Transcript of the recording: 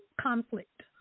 conflict